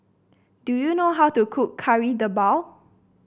do you know how to cook Kari Debal